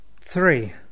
Three